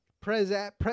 present